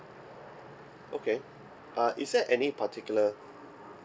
okay uh is there any particular